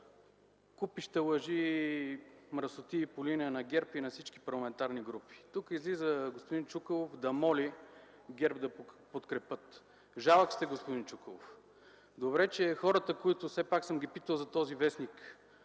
купища лъжи и мръсотии по линия на ГЕРБ и на всички парламентарни групи. Излиза тук господин Чуколов да моли ГЕРБ да подкрепят. Жалки сте, господин Чуколов! Добре, че хората, които съм питал за този вестник,